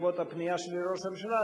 בעקבות הפנייה שלי לראש הממשלה,